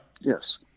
Yes